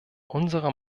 unserer